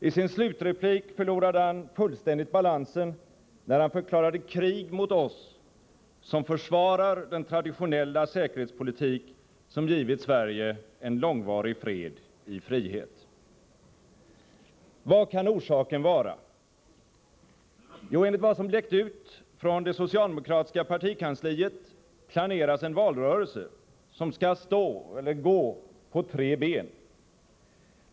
I sin slutreplik förlorade han fullständigt balansen, när han förklarade krig mot oss som försvarar den traditionella säkerhetspolitik som givit Sverige en långvarig fred i frihet. Vad kan orsaken vara? Jo, enligt vad som läckt ut från det socialdemokratiska partikansliet planeras en valrörelse som skall gå på tre ben.